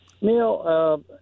Neil